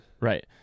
right